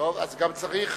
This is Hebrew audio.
אז גם צריך,